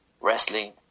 wrestling